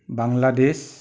Bangladesh